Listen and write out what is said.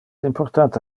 importante